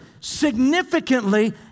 significantly